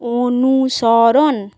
অনুসরণ